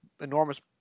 enormous